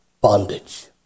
bondage